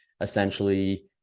essentially